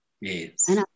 Yes